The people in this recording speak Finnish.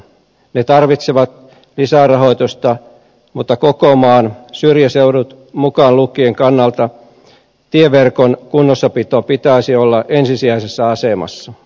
ne tarvitsevat lisärahoitusta mutta koko maan syrjäseudut mukaan lukien kannalta tieverkon kunnossapidon pitäisi olla ensisijaisessa asemassa